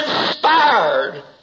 inspired